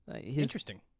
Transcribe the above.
interesting